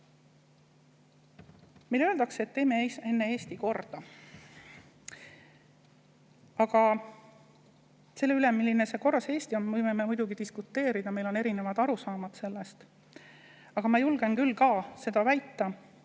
Meile öeldakse, et teeme enne Eesti korda. Selle üle, milline see korras Eesti on, võime me muidugi diskuteerida, meil on sellest erinevad arusaamad. Aga ma julgen küll ka seda väita,